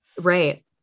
Right